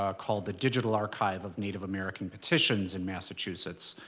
ah called the digital archive of native american petitions in massachusetts,